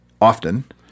often